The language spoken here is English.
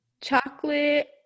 Chocolate